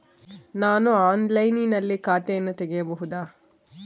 ನಾನು ಆನ್ಲೈನಿನಲ್ಲಿ ಖಾತೆಯನ್ನ ತೆಗೆಯಬಹುದಾ?